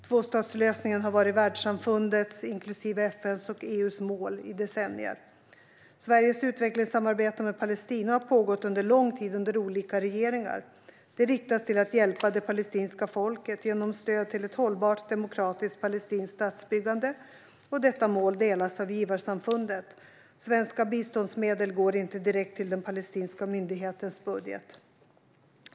Tvåstatslösningen har varit världssamfundets, inklusive FN:s och EU:s, mål i decennier. Sveriges utvecklingssamarbete med Palestina har pågått under lång tid under olika regeringar. Det riktas till att hjälpa det palestinska folket genom stöd till ett hållbart och demokratiskt palestinskt statsbyggande. Detta mål delas av givarsamfundet. Svenska biståndsmedel går inte direkt till den palestinska myndighetens budget.